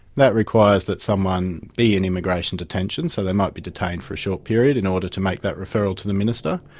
that requires that someone be in immigration detention, so they might be detained for a short period in order to make that referral to the minister.